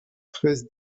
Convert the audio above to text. treize